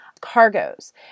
cargoes